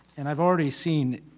and i've already seen